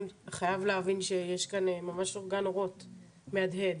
חייב להבין שיש כאן ממש אורגן אורות מהדהד.